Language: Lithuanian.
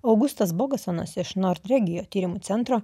augustas bogasanas iš nortregijo tyrimų centro